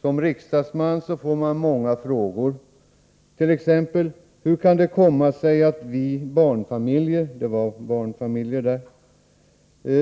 Som riksdagsman får man många frågor, t.ex.: Hur kan det komma sig att vi barnfamiljer